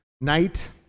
night